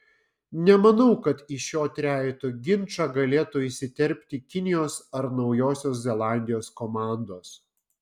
nemanau kad į šio trejeto ginčą galėtų įsiterpti kinijos ar naujosios zelandijos komandos